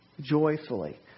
joyfully